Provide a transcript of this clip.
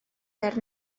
ger